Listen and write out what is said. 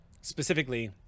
Specifically